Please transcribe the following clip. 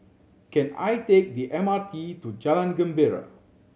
can I take the M R T to Jalan Gembira